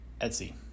Etsy